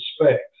respect